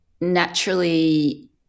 naturally